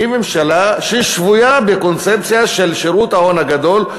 היא ממשלה ששבויה בקונספציה של שירות ההון הגדול,